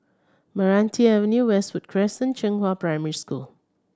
Meranti Avenue Westwood Crescent Zhenghua Primary School